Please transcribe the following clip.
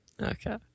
Okay